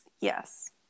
Yes